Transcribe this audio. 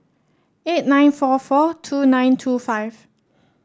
eight nine four four two nine two five